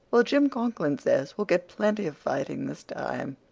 well, jim conklin says we'll get plenty of fighting this time.